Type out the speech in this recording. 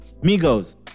Migos